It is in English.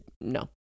no